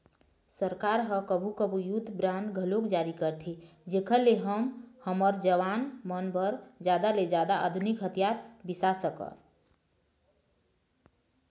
सरकार ह कभू कभू युद्ध बांड घलोक जारी करथे जेखर ले हमर जवान मन बर जादा ले जादा आधुनिक हथियार बिसा सकन